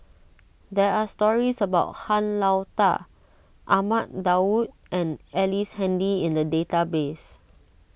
there are stories about Han Lao Da Ahmad Daud and Ellice Handy in the database